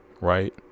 right